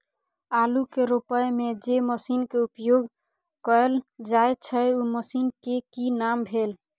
आलू के रोपय में जे मसीन के उपयोग कैल जाय छै उ मसीन के की नाम भेल?